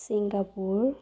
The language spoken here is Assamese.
ছিংগাপুৰ